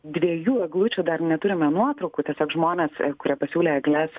dviejų eglučių dar neturime nuotraukų tiesiog žmonės kurie pasiūlė egles